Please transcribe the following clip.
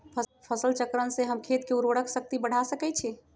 फसल चक्रण से हम खेत के उर्वरक शक्ति बढ़ा सकैछि?